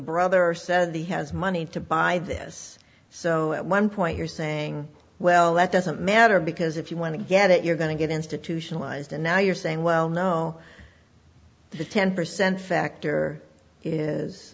brother says he has money to buy this so at one point you're saying well that doesn't matter because if you want to get it you're going to get institutionalized and now you're saying well no the ten percent factor is